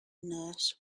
nurse